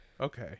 Okay